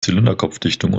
zylinderkopfdichtung